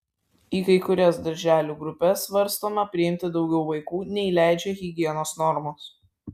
į kai kurias darželių grupes svarstoma priimti daugiau vaikų nei leidžia higienos normos